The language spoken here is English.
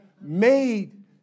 made